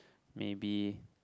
maybe